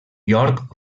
york